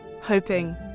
hoping